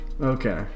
Okay